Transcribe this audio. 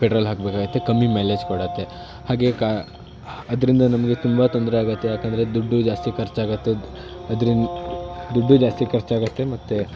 petrol ಹಾಕ್ಬೇಕಾಗುತ್ತೆ ಕಮ್ಮಿ mileage ಕೊಡುತ್ತೆ ಹಾಗೇ ಕಾ ಹ್ ಅದರಿಂದ ನಮಗೆ ತುಂಬ ತೊಂದರೆ ಆಗುತ್ತೆ ಯಾಕಂದರೆ ದುಡ್ಡು ಜಾಸ್ತಿ ಖರ್ಚಾಗುತ್ತೆ ಅದ್ರಿಂದ ದುಡ್ಡೂ ಜಾಸ್ತಿ ಖರ್ಚಾಗುತ್ತೆ ಮತ್ತು